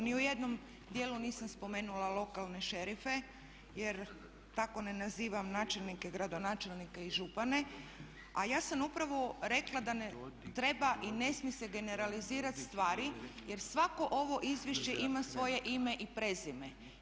Ni u jednom dijelu nisam spomenula lokalne šerife jer tako ne nazivam načelnike, gradonačelnike i župane, a ja sam upravo rekla da ne treba i ne smije se generalizirati stvari jer svako ovo izvješće ima svoje ime i prezime.